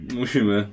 musimy